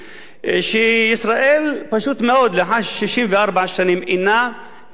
ישראל פשוט מאוד לאחר 64 שנים מסרבת,